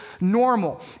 normal